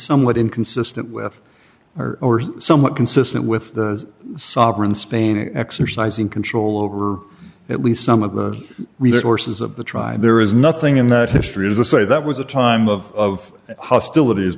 somewhat inconsistent with or somewhat consistent with the sovereign spain exercising control over at least some of the resources of the tribe there is nothing in that history is a city that was a time of hostilities